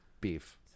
Beef